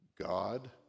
God